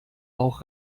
auch